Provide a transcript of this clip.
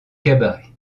cabaret